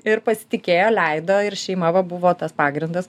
ir pasitikėjo leido ir šeima va buvo tas pagrindas